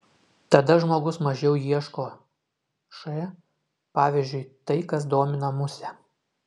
tada žmogus mažiau ieško š pavyzdžiui tai kas domina musę